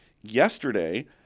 Yesterday